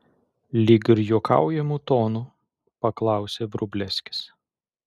lyg ir juokaujamu tonu paklausė vrublevskis